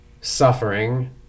suffering